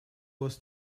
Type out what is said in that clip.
was